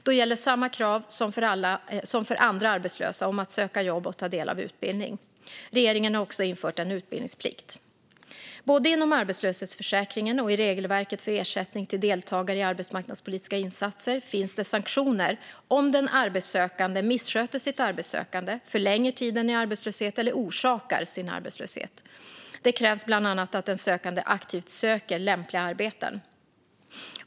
Då gäller samma krav som för andra arbetslösa på att söka jobb och ta del av utbildning. Regeringen har också infört en utbildningsplikt. Både inom arbetslöshetsförsäkringen och i regelverket för ersättning till deltagare i arbetsmarknadspolitiska insatser finns det sanktioner om den arbetssökande missköter sitt arbetssökande, förlänger tiden i arbetslöshet eller orsakar sin arbetslöshet. Det krävs bland annat att den sökande aktivt söker lämpliga arbeten.